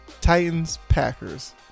Titans-Packers